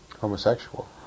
homosexual